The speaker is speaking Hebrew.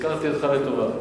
הזכרתי אותך לטובה.